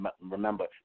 Remember